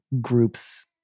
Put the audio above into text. groups